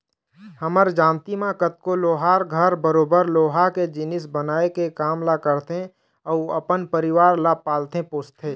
हमर जानती म कतको लोहार घर बरोबर लोहा के जिनिस बनाए के काम ल करथे अउ अपन परिवार ल पालथे पोसथे